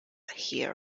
here